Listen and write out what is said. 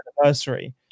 anniversary